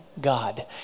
God